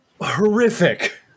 horrific